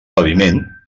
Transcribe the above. paviment